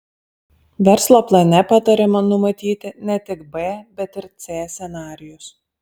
verslo plane patariama numatyti ne tik b bet ir c scenarijus